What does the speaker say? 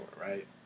right